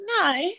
no